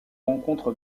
rencontre